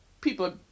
people